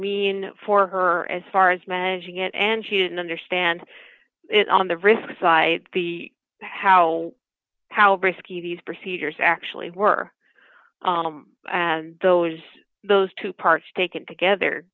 mean for her as far as managing it and she didn't understand it on the risk side the how how risky these procedures actually were those those two parts taken together